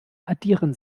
addieren